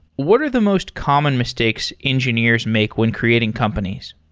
what are the most common mistakes engineers make when creating companies?